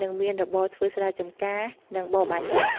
និងមានរបរធ្វើស្រែចម្ការ និងបរបាញ់សត្វ។